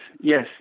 yes